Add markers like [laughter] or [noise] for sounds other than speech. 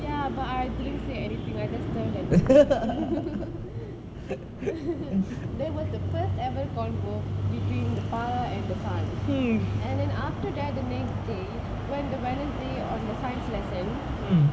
ya but I didn't say anything I just [laughs] [laughs] that was the first ever convo between farah and the sun then after that the next day when the wednesday on the science lesson